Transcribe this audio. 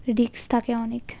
risk থাকে অনেক